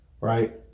Right